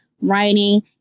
writing